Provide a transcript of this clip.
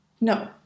No